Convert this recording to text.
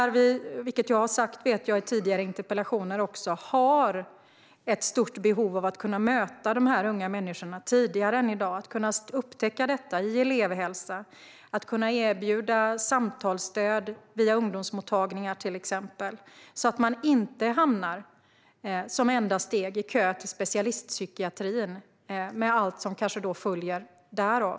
Som jag har sagt även i tidigare interpellationsdebatter har vi ett stort behov av att kunna möta de här unga människorna tidigare än i dag, att kunna upptäcka detta i elevhälsan och erbjuda samtalsstöd via ungdomsmottagningar till exempel, så att inte det enda steget blir att de hamnar i kön till specialistpsykiatrin med allt som kanske följer därav.